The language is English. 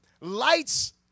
lights